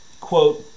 quote